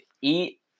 Eat